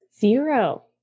Zero